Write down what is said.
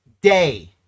day